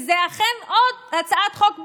וזו אכן עוד הצעת חוק ביטחוניסטית,